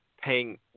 paying